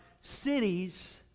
cities